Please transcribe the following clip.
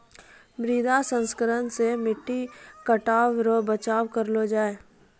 मृदा संरक्षण से मट्टी कटाव रो बचाव करलो जाय